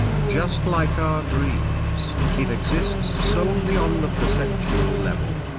just like our dreams, it exists solely on the perceptual level.